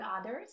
others